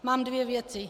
Mám dvě věci.